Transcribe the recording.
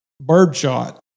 birdshot